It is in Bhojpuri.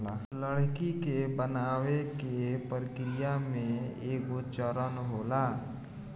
लकड़ी के बनावे के प्रक्रिया में एगो चरण होला